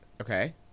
Okay